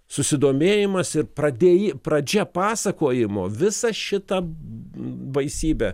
susidomėjimas ir pradėji pradžia pasakojimo visą šitą baisybę